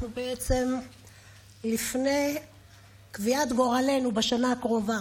אנחנו בעצם לפני קביעת גורלנו בשנה הקרובה.